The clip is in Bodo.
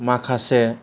माखासे